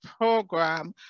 program